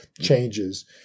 changes